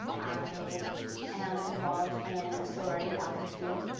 i am involved in a sorority alpha phi.